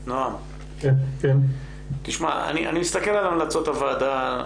נעם, אני מסתכל על המלצות הוועדה.